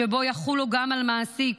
שבו יחולו גם על מעסיק,